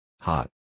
Hot